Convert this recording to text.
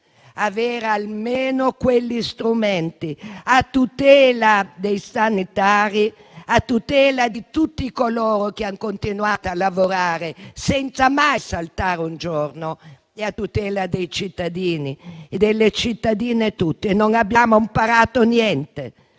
avere almeno quegli strumenti a tutela dei sanitari, a tutela di tutti coloro che hanno continuato a lavorare senza mai saltare un giorno e a tutela dei cittadini e delle cittadine tutte. Non abbiamo imparato niente